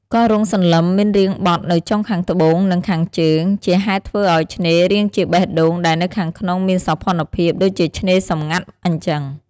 កោះរ៉ុងសន្លឹម មានរាងបត់នៅចុងខាងត្បូងនិងខាងជើង ជាហេតុធ្វើអោយឆ្នេររាងជាបេះដូងដែលនៅខាងក្នុងមានសោភណ្ឌភាពដូចជាឆ្នេរសំងាត់អញ្ចឹង។